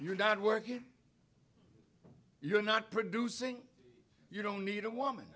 you're not working you're not producing you don't need a woman